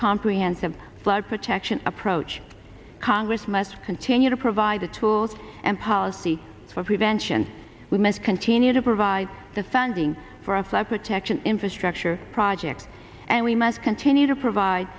comprehensive flood protection approach congress must continue to provide the tools and policy for prevention we must continue to provide the funding for a flood protection infrastructure project and we must continue to provide